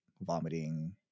vomiting